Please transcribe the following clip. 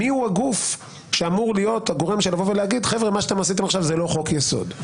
מי הוא הגוף שאמור להיות הגורם שיאמר שמה שעשיתם עכשיו זה לא חוק יסוד,